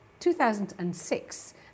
2006